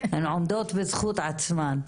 הן עומדות בזכות עצמן.